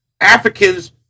Africans